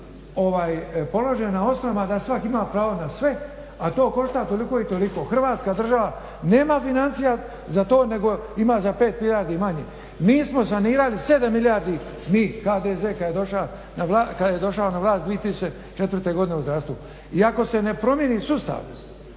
Hrvatska država nema financija za to nego ima za 5 milijardi manje. Mi smo sanirali 7 milijardi, mi HDZ kada je došao na vlast 2004.godine u zdravstvu. I ako se ne promijeni sustav